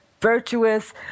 Virtuous